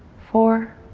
four,